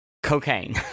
cocaine